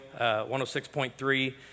106.3